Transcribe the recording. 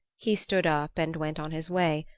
he stood up and went on his way,